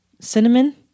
Cinnamon